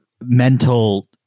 mental